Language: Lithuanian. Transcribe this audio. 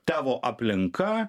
tavo aplinka